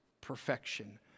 Perfection